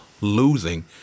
losing